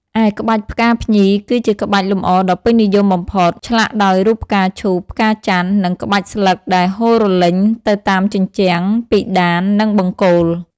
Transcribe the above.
ឯក្បាច់ផ្កាភ្ញី គឺជាក្បាច់លម្អដ៏ពេញនិយមបំផុត ឆ្លាក់ដោយរូបផ្កាឈូក ផ្កាច័ន្ទ និងក្បាច់ស្លឹកដែលហូររលេញទៅតាមជញ្ជាំង ពិតាន និងបង្គោល។